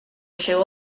llegó